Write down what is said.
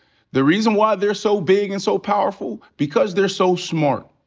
the reason why they're so big and so powerful, because they're so smart.